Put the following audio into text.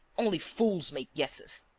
only fools make guesses.